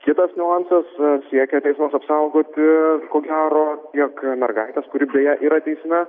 kitas niuansas siekia teismas apsaugoti ko gero tiek mergaitės kuri beje yra teisme